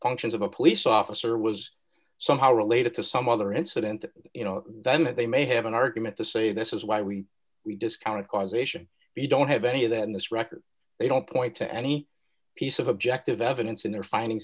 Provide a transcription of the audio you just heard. functions of a police officer was somehow related to some other incident you know that they may have an argument to say this is why we discounted causation we don't have any of that in this record they don't point to any piece of objective evidence in their findings